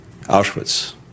Auschwitz